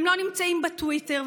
הם לא נמצאים בטוויטר,